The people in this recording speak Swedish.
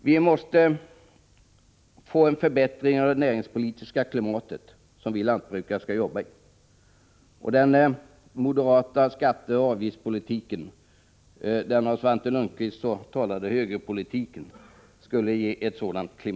Vi måste få en förbättring av det näringspolitiska klimat som vi lantbrukare skall jobba i. Den moderata skatteoch avgiftspolitiken — som Svante Lundkvist benämner högerpolitik — skulle ge ett sådant klimat.